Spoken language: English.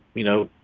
you know,